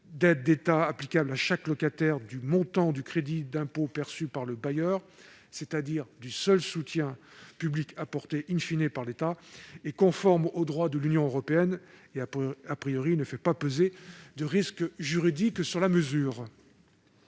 d'aides d'État applicable à chaque locataire, du montant du crédit d'impôt perçu par le bailleur, c'est-à-dire du seul soutien public apporté par l'État, est conforme au droit de l'Union européenne et ne fait peser aucun risque juridique sur la mesure.